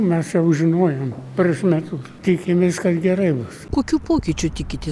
mes jau žinojome prieš metus tikimės kad gerai bus